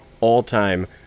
all-time